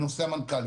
בנושא המנכ"לים,